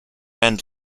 end